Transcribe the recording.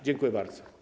Dziękuję bardzo.